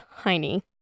tiny